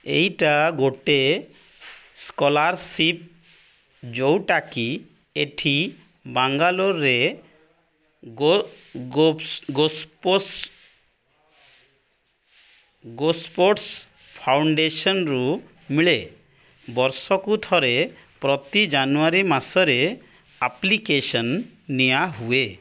ଏଇଟା ଗୋଟେ ସ୍କଲାର୍ଶିପ୍ ଯେଉଁଟାକି ଏଠି ବାଙ୍ଗାଲୋରରେ ଗୋସ୍ପୋର୍ଟ୍ସ୍ ଫାଉଣ୍ଡେସନ୍ରୁ ମିଳେ ବର୍ଷକୁ ଥରେ ପ୍ରତି ଜାନୁଆରୀ ମାସରେ ଆପ୍ଲିକେସନ୍ ନିଆ ହୁଏ